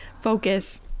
focus